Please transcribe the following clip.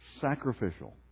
sacrificial